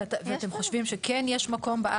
ואתם חושבים שכן יש מקום בארץ ליצור התמחות ?